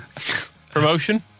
promotion